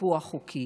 סיפוח חוקי?